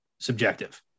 Subjective